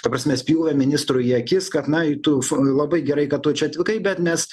ta prasme spjūvio ministrui į akis kad na tu labai gerai kad tu čia atvykai bet mes